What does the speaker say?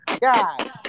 God